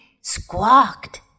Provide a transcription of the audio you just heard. squawked